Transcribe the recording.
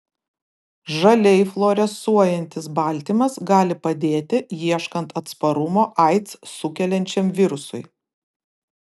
žaliai fluorescuojantis baltymas gali padėti ieškant atsparumo aids sukeliančiam virusui